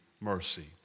mercy